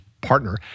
partner